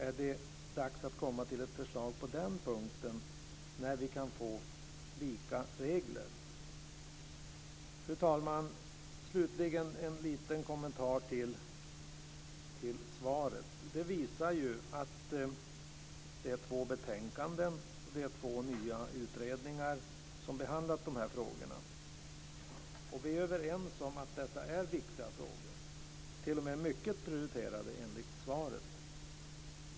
Är det dags att komma fram med ett förslag på den punkten, om lika regler? Fru talman! Slutligen en liten kommentar till svaret. Det visar att det är två betänkanden och två utredningar som har behandlat dessa frågor. Vi är överens om att detta är viktiga frågor - t.o.m. mycket prioriterade, enligt svaret.